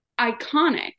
iconic